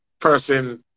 person